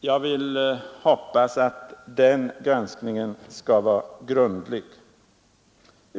Jag hoppas att den granskningen blir grundlig.